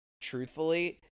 truthfully